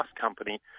company